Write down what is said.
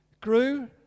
grew